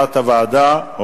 כהצעת הוועדה.